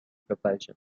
propulsion